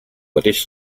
mateix